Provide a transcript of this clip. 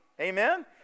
amen